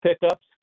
pickups